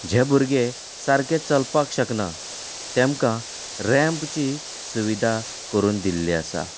जे भुरगे सारके चलपाक शकना तेमकां रॅम्पची सुविधा करून दिल्ली आसा